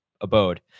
abode